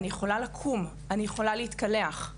אני יכולה לקום, להתקלח,